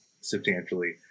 substantially